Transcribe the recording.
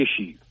issue